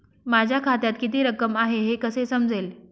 माझ्या खात्यात किती रक्कम आहे हे कसे समजेल?